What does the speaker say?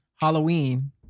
Halloween